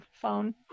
phone